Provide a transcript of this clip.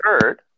third